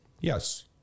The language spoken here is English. Yes